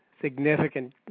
significant